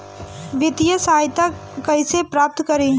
वित्तीय सहायता कइसे प्राप्त करी?